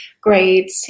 great